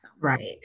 Right